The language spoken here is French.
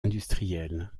industriels